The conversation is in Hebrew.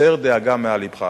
הסר דאגה מעל לבך.